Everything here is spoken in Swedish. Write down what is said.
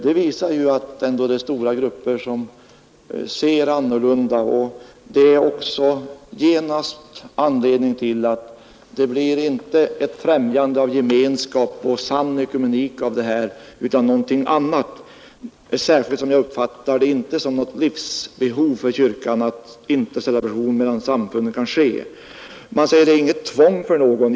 Det visar ändå att det är stora grupper som ser annorlunda på saken, och det är också genast anledning till att det inte blir ett främjande av gemenskap och sann ekumenik av det här utan någonting annat, särskilt som jag inte uppfattar det som något livsbehov för kyrkan att intercelebration mellan samfunden kan ske. Man säger att det är inget tvång för någon.